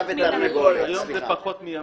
היום זה פחות מימים.